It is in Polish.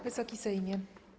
Wysoki Sejmie!